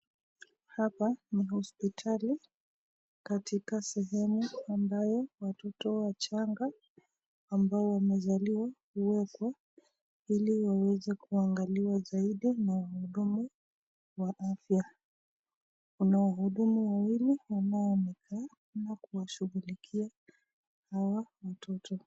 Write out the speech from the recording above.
Hapa ni hospitali katika sehemu ambayo watoto wachanga ambao wamezaliwa huekwa ili waweze kuangaliwa zaidi na wahudumu wa afya. Kuna wahudumu wawili ambao wanaonekana na kuwashugulikia hawa watoto.